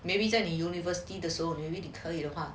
maybe 在你 university 的时候你可以的话